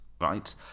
right